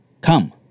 Come